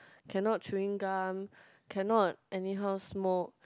cannot chewing gum cannot anyhow smoke